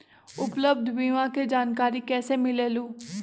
उपलब्ध बीमा के जानकारी कैसे मिलेलु?